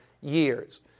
years